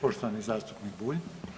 Poštovani zastupnik Bulj.